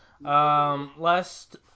Last